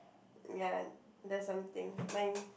ya there's something mine